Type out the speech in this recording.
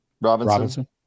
Robinson